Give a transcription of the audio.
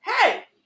Hey